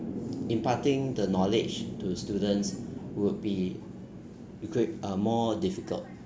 imparting the knowledge to students would be equip~ uh more difficult